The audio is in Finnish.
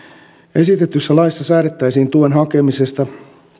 esitetyssä laissa säädettäisiin tuen hakemisesta